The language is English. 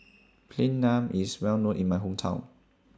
Plain Naan IS Well known in My Hometown